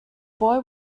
boy